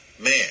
man